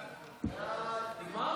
נגמר?